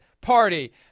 party